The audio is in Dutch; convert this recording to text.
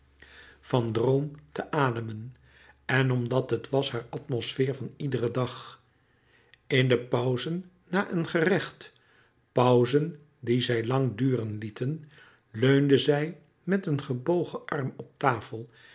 van droom te ademen en omdat het was haar atmosfeer van iederen dag in de pauzen na een gerecht pauzen die zij lang duren lieten leunde zij met een gebogen arm op tafel